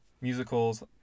musicals